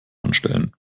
anstellen